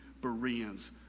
Bereans